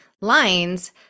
lines